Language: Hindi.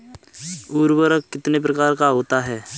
उर्वरक कितने प्रकार का होता है?